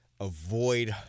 avoid